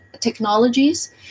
technologies